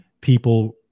people